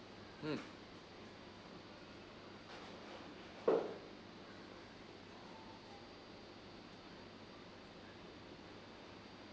mm